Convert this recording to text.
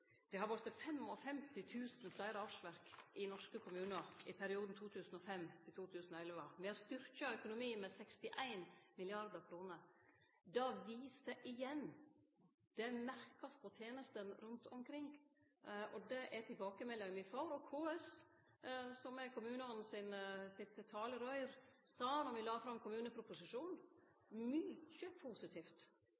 Det har vorte 55 000 fleire årsverk i norske kommunar i perioden 2005 til 2011. Me har styrkt økonomien med 61 mrd. kr. Det viser igjen. Det merkast på tenestene rundt omkring. Det er den tilbakemeldinga me får, og KS, som er kommunane sitt talerøyr, sa, då vi la fram